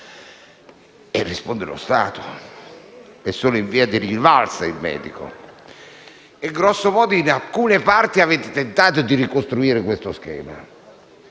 risponde lo Stato e, solo in via di rivalsa, il magistrato. Grosso modo in alcune parti avete tentato di ricostruire questo schema.